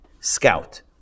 Scout